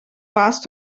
warst